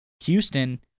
Houston